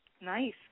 Nice